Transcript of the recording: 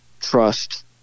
trust